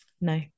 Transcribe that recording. No